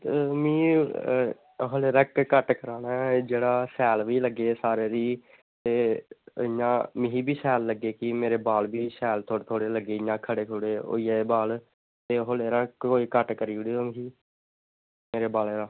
में ओह् कट कराना ऐ जेह्ड़ा शैल बी लग्गे सारें गी ते मिगी बी शैल लग्गे की मेरे बाल बी थोह्ड़े थोह्ड़े इंया खड़े होई जान बाल ते हून कोई कट करी ओड़ो आं मिगी बालें दा